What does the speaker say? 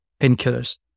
painkillers